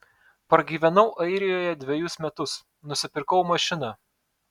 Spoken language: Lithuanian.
pragyvenau airijoje dvejus metus nusipirkau mašiną